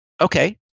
Okay